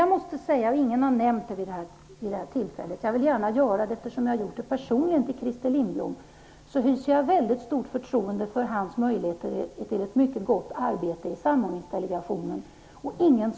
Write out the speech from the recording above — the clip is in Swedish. Jag hyser ett stort förtroende för Christer Lindbloms möjligheter att göra ett mycket gott arbete i samordningsdelegationen. Ingen skugga skall falla på honom i denna fråga. Jag måste säga detta, eftersom ingen har tagit upp det nu.